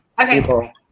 okay